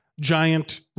giant